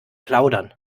plaudern